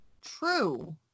True